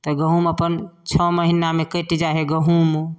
तऽ गहूम अपन छओ महिनामे कटि जाइ हइ गहूमो